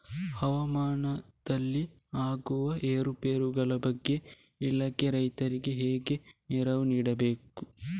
ಹವಾಮಾನದಲ್ಲಿ ಆಗುವ ಏರುಪೇರುಗಳ ಬಗ್ಗೆ ಇಲಾಖೆ ರೈತರಿಗೆ ಹೇಗೆ ನೆರವು ನೀಡ್ತದೆ?